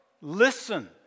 listen